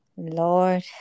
Lord